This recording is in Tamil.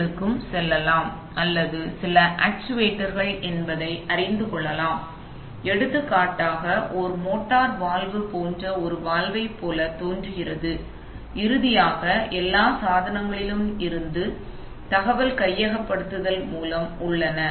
களுக்குச் செல்லலாம் அல்லது இது சில ஆக்சுவேட்டர்கள் என் பதை நீங்கள் அறிந்து கொள்ளலாம் எடுத்துக்காட்டாக இது ஒரு மோட்டார் வால்வு போன்ற ஒரு வால்வைப் போல தோன்றுகிறது இறுதியாக இந்த எல்லா சாதனங்களிலிருந்தும் தகவல் கையகப்படுத்தல் மூலம் உள்ளன